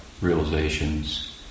realizations